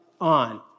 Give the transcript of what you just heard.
on